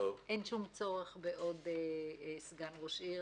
אין שום צורך בעוד סגן ראש עיר.